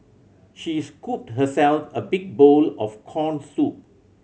she scooped herself a big bowl of corn soup